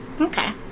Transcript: Okay